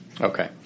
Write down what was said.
Okay